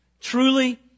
truly